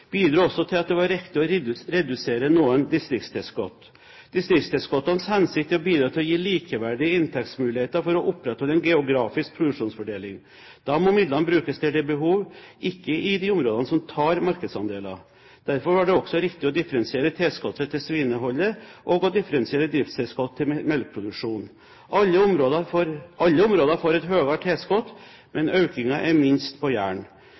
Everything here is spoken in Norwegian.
bidro også til at det var riktig å redusere noen distriktstilskudd. Distriktstilskuddenes hensikt er å bidra til å gi likeverdige inntektsmuligheter for å opprettholde en geografisk produksjonsfordeling. Da må midlene brukes der det er behov, ikke i de områdene som tar markedsandeler. Derfor var det også riktig å differensiere tilskuddene til svineholdet, og å differensiere driftstilskuddet til melkeproduksjon. Alle områder får et høyere tilskudd, men økningen er minst på